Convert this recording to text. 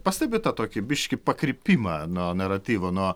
pastebit tą tokį biškį pakrypimą nuo naratyvo nuo